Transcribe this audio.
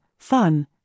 Fun